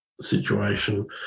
situation